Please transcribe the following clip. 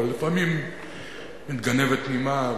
אבל לפעמים מתגנבת נימה,